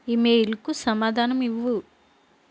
ఇమెయిల్కు సమాధానం ఇవ్వు